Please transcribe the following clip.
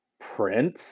prince